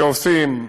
ועושים: